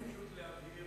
כדי להבהיר,